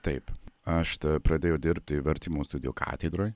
taip aš pradėjau dirbti vertimo studijų katedroj